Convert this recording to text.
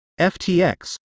FTX